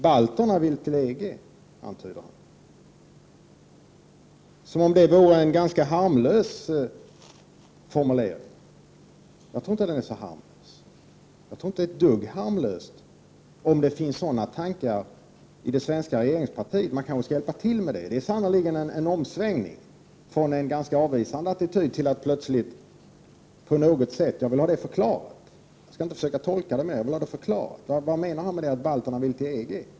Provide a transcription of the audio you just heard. Balterna vill till EG, antyder han, som om detta vore en ganska harmlös formulering. Jag tror inte det är ett dugg harmlöst, om det finns sådana tankar i det svenska regeringspartiet. Man kanske skall hjälpa till med det — det är sannerligen en plötslig omsvängning från en ganska avvisande attityd. Jag vill gärna ha det förklarat: Vad menar han med att balterna vill till EG?